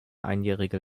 einjährige